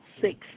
six